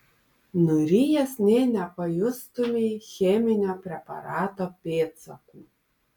nurijęs nė nepajustumei cheminio preparato pėdsakų